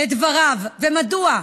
לדבריו, ומדוע?